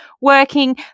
working